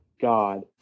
god